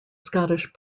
scottish